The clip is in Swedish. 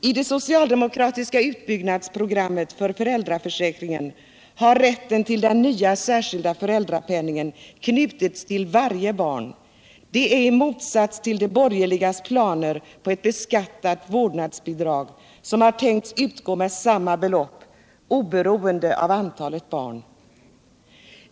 I det socialdemokratiska utbyggnadsprogrammet för föräldraförsäkringen har rätten till den nya särskilda föräldrapenningen knutits till varje barn — detta i motsats till de borgerligas planer på ett beskattat vårdnadsbidrag som har tänkts utgå med samma belopp, oberoende av antalet barn.